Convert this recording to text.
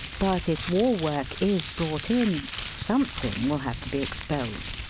but if war-work is brought in, something will have to be expelled.